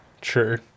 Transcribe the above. True